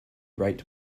right